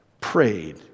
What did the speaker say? prayed